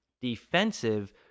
defensive